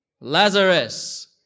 Lazarus